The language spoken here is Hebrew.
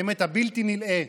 באמת, הבלתי-נלאה,